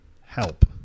help